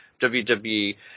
WWE